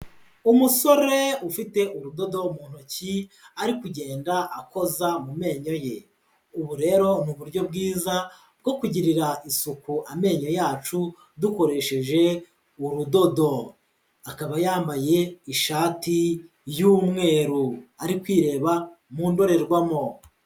Umusore ufite urudodo mu ntoki ari kugenda akoza mu menyo ye, ubu rero ni uburyo bwiza bwo kugirira isuku amenyo yacu dukoresheje urudodo, akaba yambaye ishati y'umweru ari kwireba mu ndorerwamo.